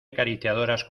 acariciadoras